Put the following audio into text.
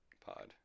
pod